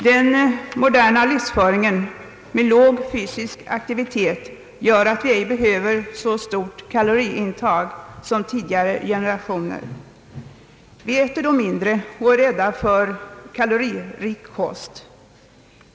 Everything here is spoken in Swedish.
Den moderna livsföringen, med låg fysisk aktivitet, gör att vi ej behöver så stort kaloriintag som tidigare generationer. Vi äter då mindre och är rädda för kaloririk kost.